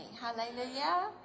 hallelujah